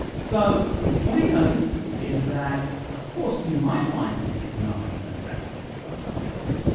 so what he notices is that of course you might find people denying that bachelors were unmarried,